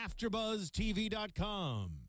AfterBuzzTV.com